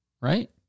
Right